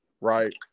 right